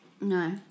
No